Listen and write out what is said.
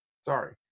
sorry